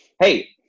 Hey